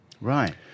Right